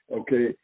Okay